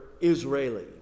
Israeli